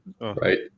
Right